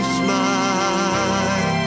smile